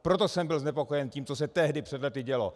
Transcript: Proto jsem byl znepokojen tím, co se tehdy před lety dělo.